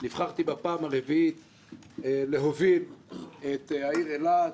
נבחרתי בבחירות מסודרות ודמוקרטיות בפעם הרביעית להוביל את העיר אילת.